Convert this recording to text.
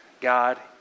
God